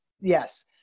yes